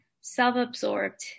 self-absorbed